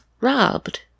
robbed